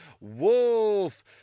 Wolf